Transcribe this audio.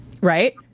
Right